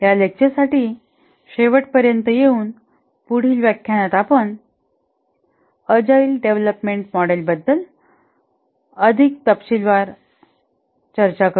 या लेक्चरसाठी शेवटपर्यंत येऊन पुढील व्याख्यानात आपण अजाईल डेव्हलपमेंट मॉडेलबद्दल अधिक तपशीलांवर चर्चा करू